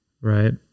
right